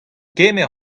kemer